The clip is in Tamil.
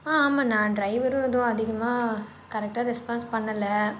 ஆ ஆமாண்ணா டிரைவரும் எதுவும் அதிகமாக கரெக்டாக ரெஸ்பான்ஸ் பண்ணலை